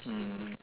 mm